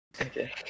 Okay